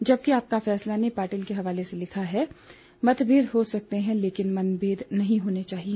जबकि आपका फैसला ने पाटिल के हवाले से लिखा है मतभेद हो सकते हैं लेकिन मनभेद नहीं होने चाहिए